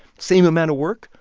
same amount of work,